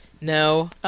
No